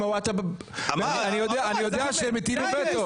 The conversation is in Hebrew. אני יודע שהם הטילו וטו.